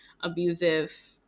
abusive